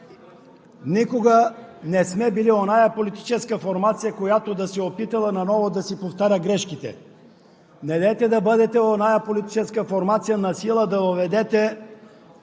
Никога не сме били онази политическа формация, която да се е опитвала отново да повтаря грешките си. Недейте да бъдете онази политическа формация, която насила да въведе